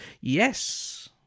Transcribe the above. Yes